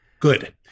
Good